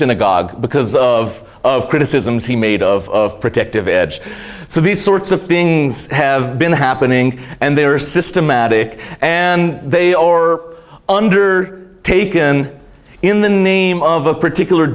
synagogue because of of criticisms he made of protective edge so these sorts of things have been happening and they are systematic and they are are under taken in the name of a particular